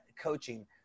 coaching